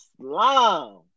Slime